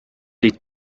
les